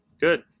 good